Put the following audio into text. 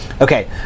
Okay